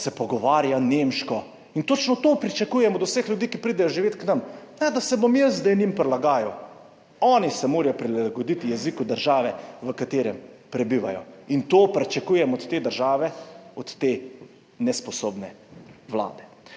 se pogovarja nemško. Točno to pričakujem od vseh ljudi, ki pridejo živet k nam, ne da se bom jaz zdaj njim prilagajal. Oni se morajo prilagoditi jeziku države, v kateri prebivajo, in to pričakujem od te države, od te nesposobne vlade.